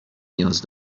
نیاز